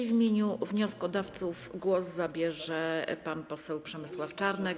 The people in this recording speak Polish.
W imieniu wnioskodawców głos zabierze pan poseł Przemysław Czarnek.